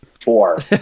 four